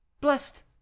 blessed